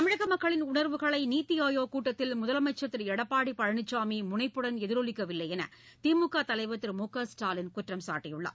தமிழக மக்களின் உணர்வுகளை நித்தி ஆயோக் கூட்டத்தில் முதலமைச்சர் திரு எடப்பாடி பழனிசாமி முனைப்புடன் எதிரொலிக்கவில்லை என்று திமுக தலைவர் திரு மு க ஸ்டாலின் குற்றம் சாட்டியுள்ளார்